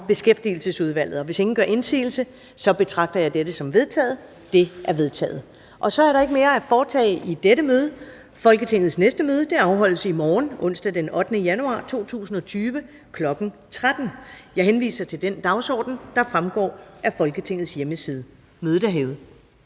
Beskæftigelsesudvalget. Og hvis ingen gør indsigelse, betragter jeg dette som vedtaget. Det er vedtaget. --- Kl. 15:52 Meddelelser fra formanden Første næstformand (Karen Ellemann): Så er der ikke mere at foretage i dette møde. Folketingets næste møde afholdes i morgen, onsdag den 8. januar 2020, kl. 13.00. Jeg henviser til den dagsorden, der fremgår af Folketingets hjemmeside. Mødet er hævet.